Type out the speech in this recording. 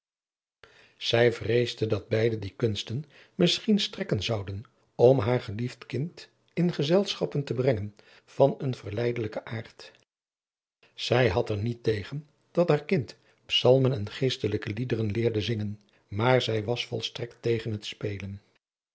zij vreesde dat beide die kunsten misschien strekken zouden om haar geliefd kind in gezelschappen te brengen van een verleidelijken aard zij had er niet tegen dat haar kind psalmen en geestelijke liederen leerde zingen maar zij was volstrekt tegen het spelen